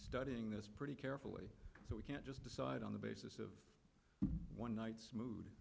studying this pretty carefully so we can't just decide on the basis of one night's mood